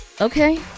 okay